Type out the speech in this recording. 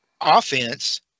offense